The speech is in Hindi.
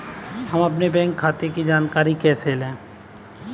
हम अपने बैंक खाते की जानकारी कैसे लें?